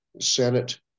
Senate